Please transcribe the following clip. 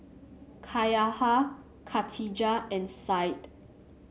Cahaya Katijah and Said